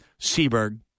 Seaberg